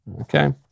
Okay